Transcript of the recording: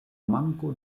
manko